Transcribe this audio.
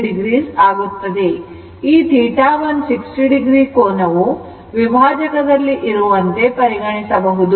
ಈ 160 oಕೋನವು ವಿಭಾಜಕ ದಲ್ಲಿ ಇರುವಂತೆ ಪರಿಗಣಿಸಬಹುದು